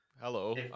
Hello